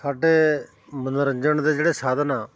ਸਾਡੇ ਮੰਨੋਰੰਜਨ ਦੇ ਜਿਹੜੇ ਸਾਧਨ ਆ